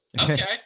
Okay